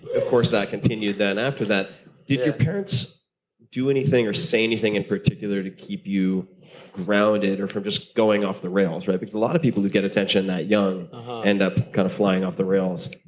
of course that continued then after that. did your parents do anything or say anything in particular to keep you grounded or from just going off the rails, right, because a lot of people who get attention that young end up kind of flying off the rails.